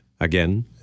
again